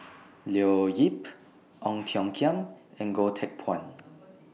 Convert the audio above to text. Leo Yip Ong Tiong Khiam and Goh Teck Phuan